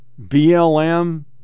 BLM